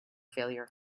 failure